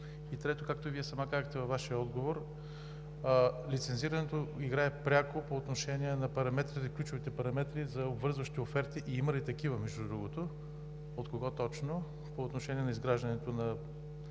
Трето, както и Вие самата казахте в отговора си, лицензирането играе пряко по отношение на ключовите параметри за обвързващи оферти и има ли такива, между другото, от кого точно по отношение изграждането на